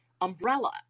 umbrella